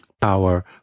power